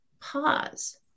pause